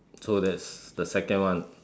so that's the second one